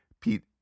pete